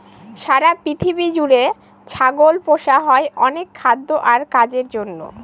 সারা পৃথিবী জুড়ে ছাগল পোষা হয় অনেক খাদ্য আর কাজের জন্য